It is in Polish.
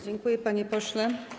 Dziękuję, panie pośle.